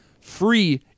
free